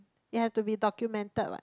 it has to be documented what